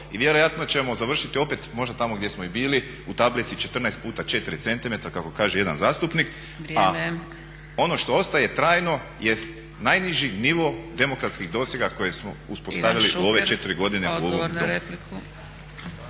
i vjerojatno ćemo završiti opet možda tamo gdje smo i bili u tablici 14x4 cm kako kaže jedan zastupnik a ono što ostaje trajno jest najniži nivo demokratskih dosega koje smo uspostavili u ove 4 godine